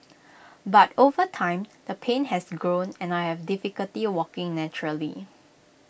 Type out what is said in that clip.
but over time the pain has grown and I have difficulty walking naturally